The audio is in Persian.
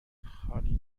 خالی